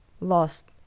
lost